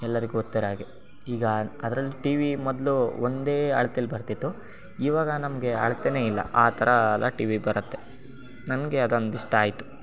ಎಲ್ಲರಿಗೂ ಗೊತ್ತಿರೋ ಹಾಗೆ ಈಗ ಅದ್ರಲ್ಲಿ ಟಿ ವಿ ಮೊದಲು ಒಂದೇ ಅಳ್ತೇಲ್ಲಿ ಬರ್ತಿತ್ತು ಇವಾಗ ನಮಗೆ ಅಳ್ತೆಯೇ ಇಲ್ಲ ಆ ಥರ ಎಲ್ಲ ಟಿ ವಿ ಬರುತ್ತೆ ನನಗೆ ಅದೊಂದು ಇಷ್ಟ ಆಯಿತು